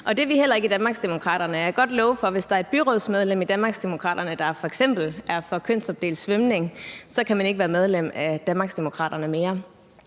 Det er vi heller ikke i Danmarksdemokraterne, og jeg kan godt love for, at hvis der er et byrådsmedlem i Danmarksdemokraterne, der f.eks. er for kønsopdelt svømning, så kan man ikke være medlem af Danmarksdemokraterne mere.